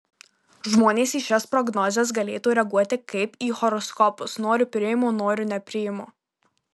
žmonės į šias prognozes galėtų reaguoti kaip į horoskopus noriu priimu noriu nepriimu